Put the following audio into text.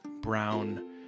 brown